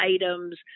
items